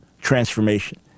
transformation